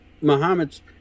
Muhammad's